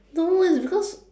no it's because